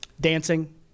dancing